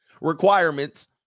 requirements